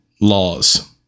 laws